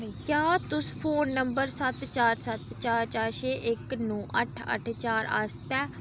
क्या तुस phone number सत्त चार सत्त चार चार छे इक नौ अठ्ठ अठ्ठ चार आस्तै